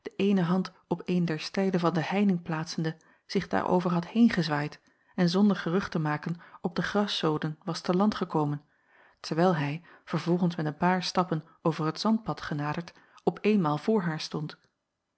eene hand op een der stijlen van de heining plaatsende zich daarover had heengezwaaid en zonder gerucht te maken op de graszoden was te land gekomen terwijl hij vervolgens met een paar stappen over het zandpad genaderd op eenmaal voor haar stond